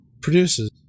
Produces